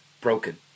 broken